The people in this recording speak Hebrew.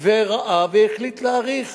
וראה והחליט להאריך